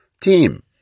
team